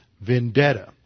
vendetta